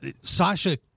Sasha